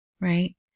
right